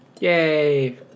Yay